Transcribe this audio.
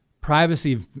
privacy